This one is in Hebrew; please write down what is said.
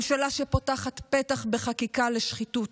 ממשלה שפותחת פתח בחקיקה לשחיתות,